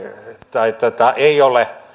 tai ei ole